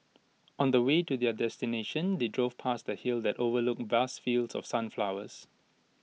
on the way to their destination they drove past A hill that overlooked vast fields of sunflowers